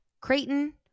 Creighton